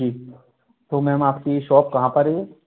जी तो मैम आपकी शॉप कहाँ पर है